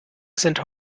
sind